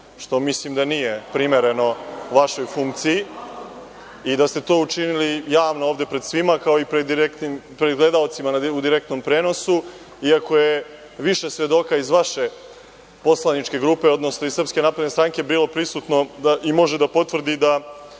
što mislim da nije primereno vašoj funkciji i da ste to učinili javno ovde pred svima, kao i pred gledaocima u direktnom prenosu, iako je više svedoka iz vaše poslaničke grupe, odnosno iz SNS bilo prisutno i može da potvrdi da